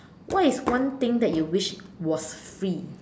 what is one thing that you wished was free